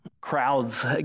crowds